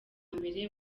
mbere